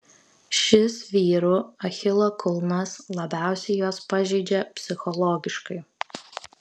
šis vyrų achilo kulnas labiausiai juos pažeidžia psichologiškai